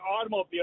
automobile